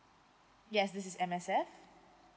yes this is M_S_F